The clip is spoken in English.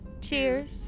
cheers